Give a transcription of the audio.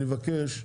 אני מבקש פגישה,